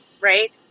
right